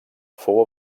fou